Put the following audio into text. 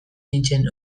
nintzen